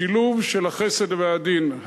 השילוב של החסד והדין,